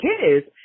kids